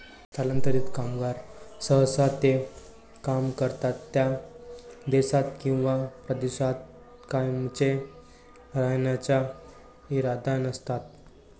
स्थलांतरित कामगार सहसा ते काम करतात त्या देशात किंवा प्रदेशात कायमचे राहण्याचा इरादा नसतात